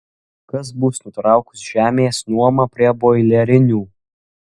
kas bus nutraukus žemės nuomą prie boilerinių